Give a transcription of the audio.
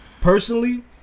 personally